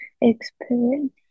experience